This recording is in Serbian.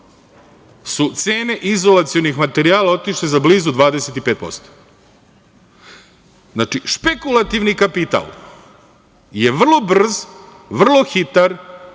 su cene izolacionih materijala otišle za blizu 25%. Znači, špekulativni kapital je vrlo brz, vrlo hitar